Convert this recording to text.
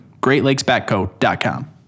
greatlakesbatco.com